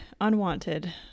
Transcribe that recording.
unwanted